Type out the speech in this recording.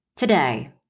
Today